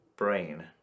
brain